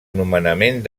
nomenament